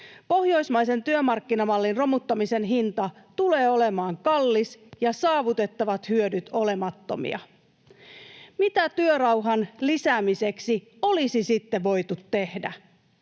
Pohjoismaisen työmarkkinamallin romuttamisen hinta tulee olemaan kallis ja saavutettavat hyödyt olemattomia. Mitä työrauhan lisäämiseksi olisi sitten voitu tehdä?